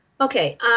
Okay